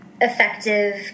Effective